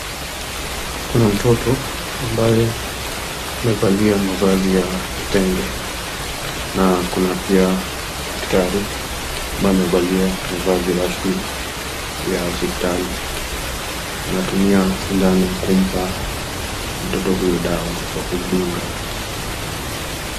Kuna mtoto ambaye amevalia mavazi ya kitenge, na kuna pia daktari ambaye amevalia mavazi rasmi ya hospitali. Anatumia sindano kumpa mtoto huyu dawa kwa kumdunga.